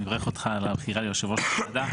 אני מברך אותך על הבחירה ליושב ראש הוועדה.